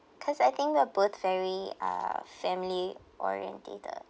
cause I think we're both very are family-orientated